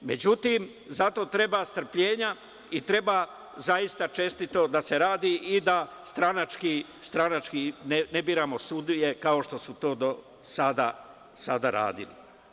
Međutim, zato treba strpljenja i treba zaista čestito da se radi i da stranački ne biramo sudija, kao što su to do sada radili.